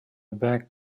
back